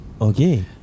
Okay